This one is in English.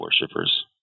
worshippers